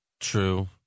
True